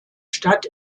stadt